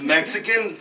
Mexican